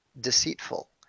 deceitful